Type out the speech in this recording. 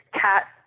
cat